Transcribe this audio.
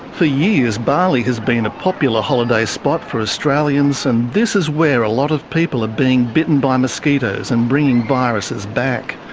for years, bali has been a popular holiday spot for australians and this is where a lot of people are being bitten by mosquitoes and bringing viruses back.